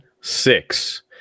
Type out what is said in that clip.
six